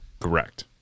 Correct